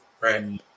Right